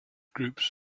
groups